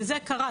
וזה קרה,